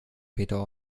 peter